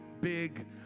big